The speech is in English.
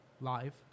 Live